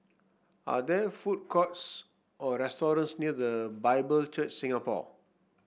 are there food courts or restaurants near The Bible Church Singapore